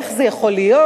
איך זה יכול להיות.